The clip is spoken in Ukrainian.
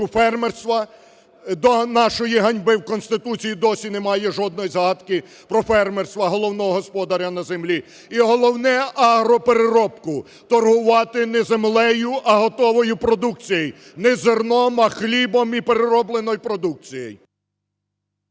фермерства. До нашої ганьби в Конституції досі немає жодної згадки про фермерство, головного господаря на землі. І головне, агропереробку: торгувати не землею, а готовою продукцією, не зерном, а хлібом і переробленою продукцією.